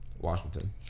Washington